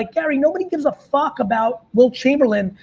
ah gary, nobody gives a fuck about wilt chamberlain.